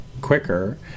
quicker